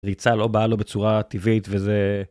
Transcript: ריצה לא באה לו בצורה טבעית וזה.